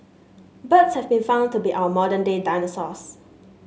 birds have been found to be our modern day dinosaurs